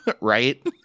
right